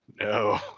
no